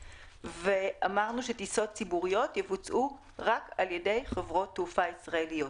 ואמרנו שטיסות ציבוריות יבוצעו רק על-ידי חברות תעופה ישראליות.